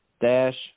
Dash